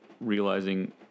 realizing